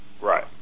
Right